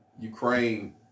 Ukraine